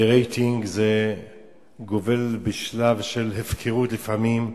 לרייטינג זה גובל בשלב של הפקרות לפעמים,